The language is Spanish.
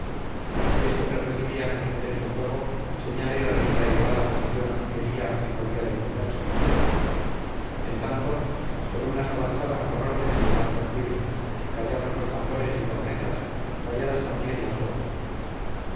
si este les recibía con intenso fuego señal era de que la elevada posición quería y podía defenderse en tanto las columnas avanzaban con orden de no hacer ruido callados los tambores y cornetas calladas también las bocas